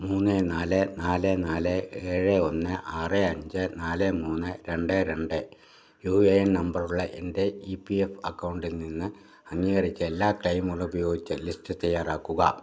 മൂന്ന് നാല് നാല് നാല് ഏഴ് ഒന്ന് ആറ് അഞ്ച് നാല് മൂന്ന് രണ്ട് രണ്ട് യു എ എൻ നമ്പറുള്ള എൻ്റെ ഇ പി എഫ് അക്കൗണ്ടിൽ നിന്ന് അംഗീകരിച്ച എല്ലാ ക്ലെയിമുകളും ഉപയോഗിച്ച് ലിസ്റ്റ് തയ്യാറാക്കുക